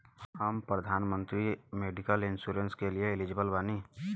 हम प्रधानमंत्री medical insurance के लिए एलिजिबल बानी?